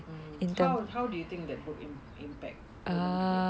mm how how do you think that book im~ impact women today